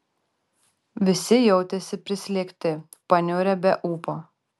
visi jautėsi prislėgti paniurę be ūpo